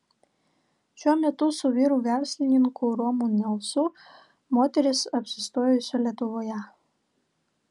šiuo metu su vyru verslininku romu nelsu moteris apsistojusi lietuvoje